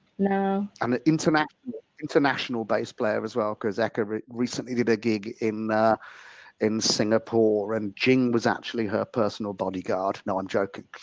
no. and an international international base player as well because eka recently did a gig in in singapore and jing was actually her personal bodyguard, not um joking.